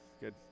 Good